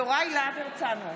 יוראי להב הרצנו,